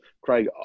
Craig